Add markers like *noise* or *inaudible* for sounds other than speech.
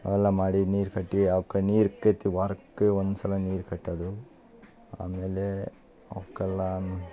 ಅವೆಲ್ಲ ಮಾಡಿ ನೀರು ಕಟ್ಟಿ ಅವಕ್ಕೆ ನೀರು *unintelligible* ವಾರಕ್ಕೆ ಒಂದುಸಲ ನೀರು ಕಟ್ಟೊದು ಆಮೇಲೇ ಅವ್ಕೆಲ್ಲಾ